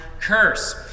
curse